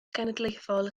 genedlaethol